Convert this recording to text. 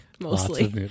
mostly